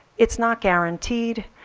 it's not guaranteed.